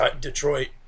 Detroit